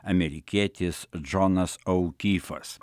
amerikietis džonas aukyfas